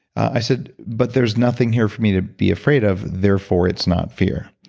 i said, but there's nothing here for me to be afraid of, therefore it's not fear,